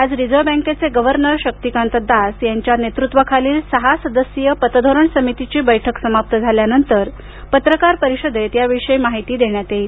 आज रिझर्व्ह बँकेचे गव्हर्नर शाक्तीकांता दास यांच्या नेतृत्वाखालील सहा सदस्यीय पतधोरण समितीची बैठक समाप्त झाल्यानंतर पत्रकार परिषदेत याविषयी माहिती दिली जाईल